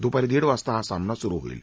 दुपारी दीड वाजता हा सामना सुरु होईल